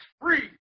free